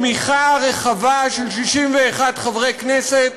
בתמיכה רחבה, של 61 חברי כנסת,